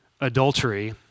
adultery